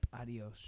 adios